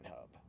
hub